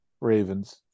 Ravens